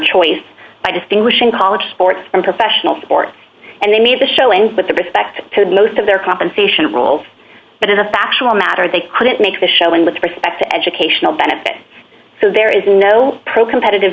choice by distinguishing college sports from professional sports and they made the show ends with the perspective of most of their compensation rules but in a factual matter they couldn't make a showing with respect to educational benefit so there is no pro competitive